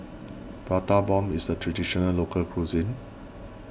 Prata Bomb is a Traditional Local Cuisine